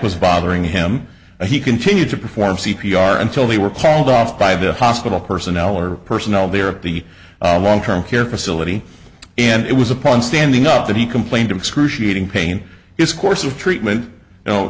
was bothering him and he continued to perform c p r until they were called off by the hospital personnel or personnel there at the long term care facility and it was upon standing up that he complained of excruciating pain its course of treatment